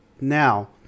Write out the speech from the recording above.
Now